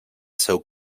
seu